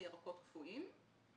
ירקות קפואים.